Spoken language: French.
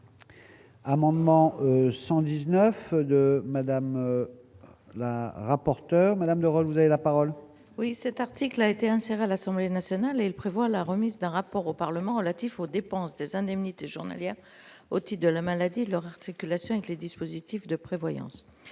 Amendement 119 de madame la rapporteur Madame Europe, vous avez la parole. Oui, cet article a été inséré à l'Assemblée nationale et prévoit la remise d'un rapport au Parlement Latif aux dépenses des indemnités journalières au type de la maladie de leur articulation avec les dispositifs de prévoyance,